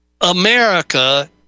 America